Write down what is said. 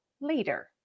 later